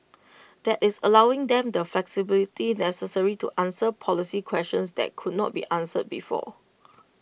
that is allowing them the flexibility necessary to answer policy questions that could not be answered before